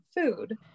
food